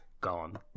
gone